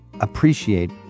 appreciate